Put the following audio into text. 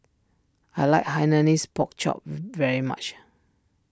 I like Hainanese Pork Chop very much